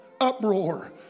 uproar